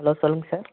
hello சொல்லுங்கள் sir